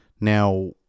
Now